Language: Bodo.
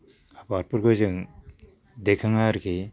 आबादफोरखौ जों दैखाङो आरोखि